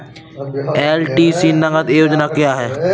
LTC नगद योजना क्या है?